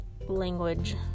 language